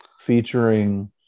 featuring